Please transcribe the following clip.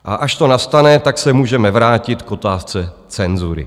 A až to nastane, tak se můžeme vrátit k otázce cenzury.